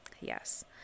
Yes